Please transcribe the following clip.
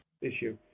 issue